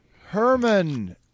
Herman